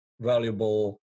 valuable